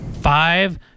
five